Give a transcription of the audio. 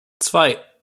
zwei